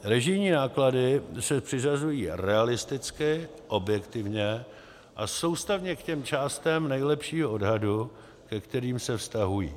Režijní náklady se přiřazují realisticky, objektivně a soustavně k těm částem nejlepšího odhadu, ke kterým se vztahují.